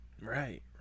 Right